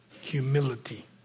humility